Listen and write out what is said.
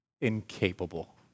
incapable